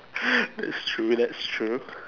that's true that's true